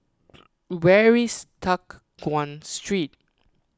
where is Teck Guan Street